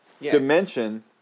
dimension